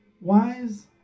wise